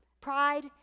pride